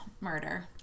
murder